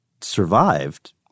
survived